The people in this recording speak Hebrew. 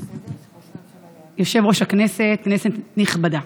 יושב-ראש הכנסת, כנסת נכבדה,